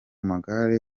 magare